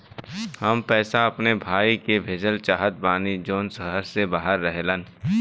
हम पैसा अपने भाई के भेजल चाहत बानी जौन शहर से बाहर रहेलन